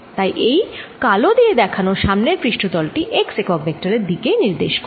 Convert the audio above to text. তাই এই কালো দিয়ে দেখান সামনের পৃষ্ঠ তল টি x একক ভেক্টর এর দিকেই নির্দেশ করবে